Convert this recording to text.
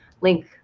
link